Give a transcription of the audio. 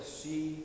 see